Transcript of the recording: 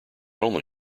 only